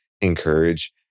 encourage